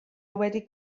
wedi